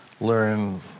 learn